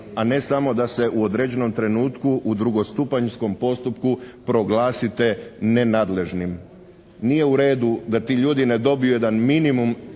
a ne samo da se u određenom trenutku u drugostupanjskom postupku proglasite nenadležnim. Nije u redu da ti ljudi ne dobiju jedan minimum